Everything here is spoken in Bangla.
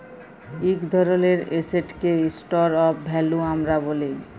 ইক ধরলের এসেটকে স্টর অফ ভ্যালু আমরা ব্যলি